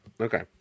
Okay